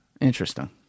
Interesting